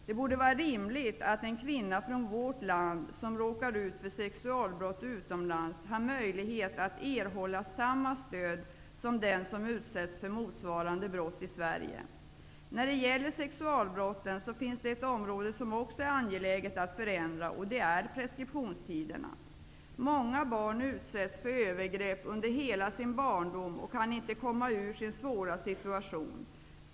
Det borde vara rimligt att en kvinna från vårt land som råkar ut för sexualbrott utomlands har möjlighet att erhålla samma stöd som den som utsätts för motsvarande brott i Sverige. När det gäller sexualbrotten finns det ett område som också är angeläget att förändra. Det är preskriptionstiderna. Många barn utsätts för övergrepp under hela sin barndom och kan inte komma ur sin svåra situation.